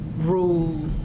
rule